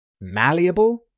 Malleable